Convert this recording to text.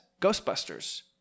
Ghostbusters